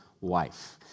wife